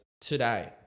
today